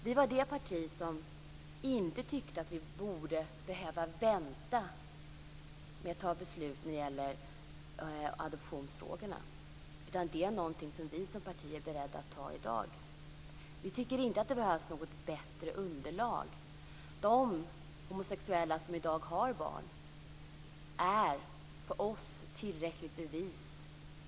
Vi var det parti som inte tyckte att man skulle behöva vänta med att fatta beslut om adoptionsfrågorna. Det är ett beslut som vi som parti är beredda att fatta i dag. Vi tycker inte att det behövs något bättre underlag. De homosexuella som i dag har barn är för oss tillräckligt bevis.